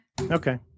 Okay